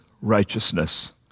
righteousness